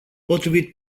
potrivit